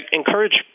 encourage